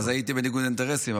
אז הייתי בניגוד אינטרסים.